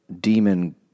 demon